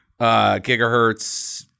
gigahertz